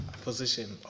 position